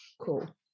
Cool